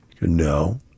No